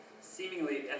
seemingly